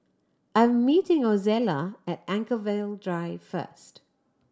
I'm meeting Ozella at Anchorvale Drive first